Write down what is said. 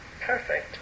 perfect